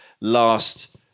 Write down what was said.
last